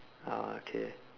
ah okay